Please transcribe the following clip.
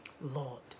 Lord